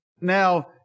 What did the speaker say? Now